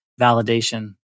validation